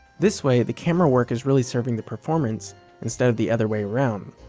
this way, the camerawork is really serving the performance instead of the other way around,